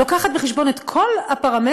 מביאה בחשבון את כל הפרמטרים,